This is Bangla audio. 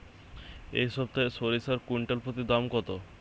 এই সপ্তাহে সরিষার কুইন্টাল প্রতি দাম কত?